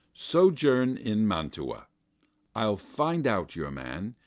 sojourn in mantua i'll find out your man,